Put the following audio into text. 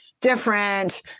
different